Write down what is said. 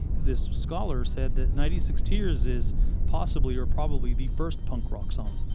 this scholar said that ninety six tears is possibly or probably the first punk rock song.